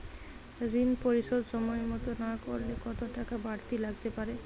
ঋন পরিশোধ সময় মতো না করলে কতো টাকা বারতি লাগতে পারে?